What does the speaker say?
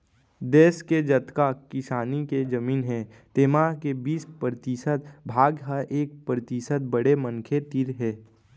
देस के जतका किसानी के जमीन हे तेमा के बीस परतिसत भाग ह एक परतिसत बड़े मनखे तीर हे